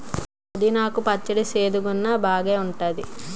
పుదీనా కు పచ్చడి సేదుగున్నా బాగేఉంటాది